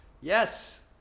Yes